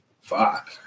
Fuck